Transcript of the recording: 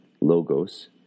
logos